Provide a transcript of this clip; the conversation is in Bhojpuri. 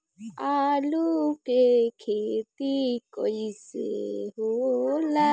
आलू के खेती कैसे होला?